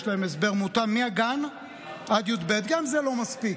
יש להם הסבר מותאם מהגן עד י"ב, גם זה לא מספיק.